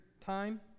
time